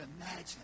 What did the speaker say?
imagine